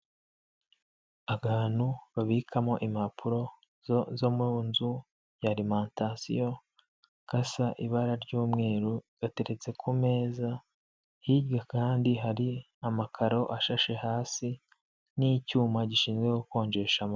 Akantu babikamo impapuro zo mu nzu ya arimantasiyo gasa ibara ry'umweru gateretse ku meza, hirya kandi hari amakaro ashashe hasi n'icyuma gishinzwe gukonjesha amata.